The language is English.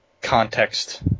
context